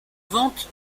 ventes